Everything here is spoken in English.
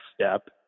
step